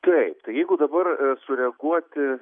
taip tai jeigu dabar sureaguoti